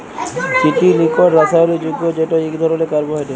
চিটিল ইকট রাসায়লিক যগ্য যেট ইক ধরলের কার্বোহাইড্রেট